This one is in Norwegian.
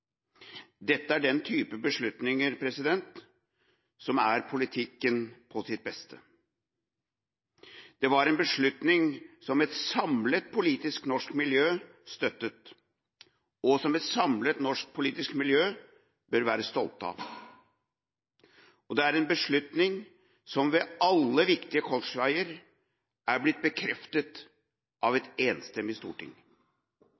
Dette er den type beslutninger som er politikk på sitt beste. Det var en beslutning som et samlet norsk politisk miljø støttet, og som et samlet norsk politisk miljø bør være stolte av, og det er en beslutning som ved alle viktige korsveier er blitt bekreftet av